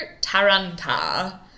Taranta